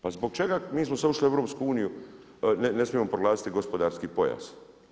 Pa zbog čega mi smo sad ušli u EU, ne smijemo proglasiti gospodarski pojas.